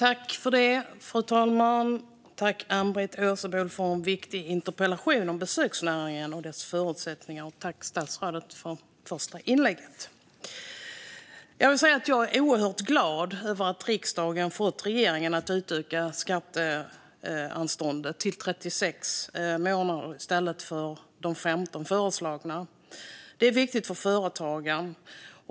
Fru talman! Tack, Ann-Britt Åsebol, för en viktig interpellation om besöksnäringen och dess förutsättningar! Tack också till statsrådet för första inlägget! Jag är oerhört glad över att riksdagen har fått regeringen att utöka skatteanståndet från de föreslagna 15 månaderna till 36 månader. Det är viktigt för företagen.